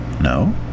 No